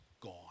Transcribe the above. gone